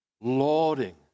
lauding